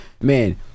man